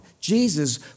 Jesus